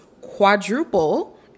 quadruple